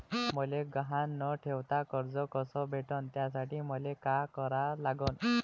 मले गहान न ठेवता कर्ज कस भेटन त्यासाठी मले का करा लागन?